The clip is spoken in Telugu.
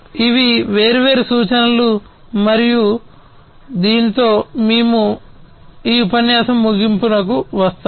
ఇవి వేర్వేరు సూచనలు మరియు దీనితో మేము ఈ ఉపన్యాసం ముగింపుకు వస్తాము